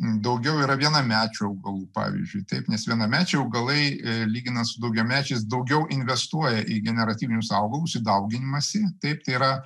daugiau yra vienamečių augalų pavyzdžiui taip nes vienamečiai augalai lyginant su daugiamečiais daugiau investuoja į generatyvinius augalus į dauginimąsi taip yra